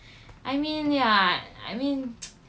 I mean ya I mean